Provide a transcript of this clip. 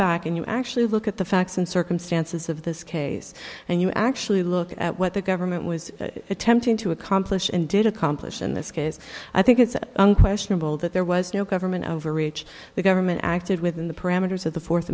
back and you actually look at the facts and circumstances of this case and you actually look at what the government was attempting to accomplish and did accomplish in this case i think it's a questionable that there was no government overreach the government acted within the parameters of the fourth